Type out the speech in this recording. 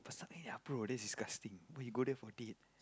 Pastamania bro that's disgusting why you go there for date